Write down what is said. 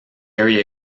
area